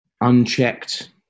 unchecked